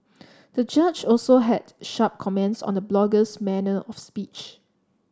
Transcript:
the judge also had sharp comments on the blogger's manner of speech